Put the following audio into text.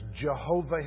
Jehovah